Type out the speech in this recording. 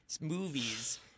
movies